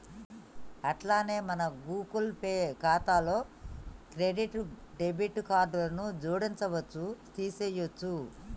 అట్లనే మన Google Pay ఖాతాలో క్రెడిట్ డెబిట్ కార్డులను జోడించవచ్చు తీసేయొచ్చు